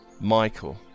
Michael